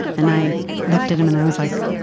and i looked at him and i was like,